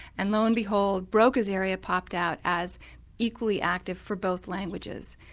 and lo and behold, broca's area popped out as equally active for both languages.